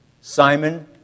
Simon